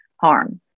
harm